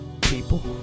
People